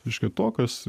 reiškia to kas